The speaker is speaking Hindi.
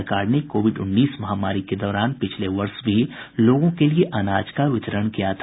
सरकार ने कोविड उन्नीस महामारी के दौरान बीते वर्ष भी लोगों के लिए अनाज का वितरण किया था